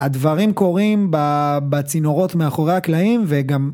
הדברים קורים בצינורות מאחורי הקלעים וגם.